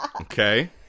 okay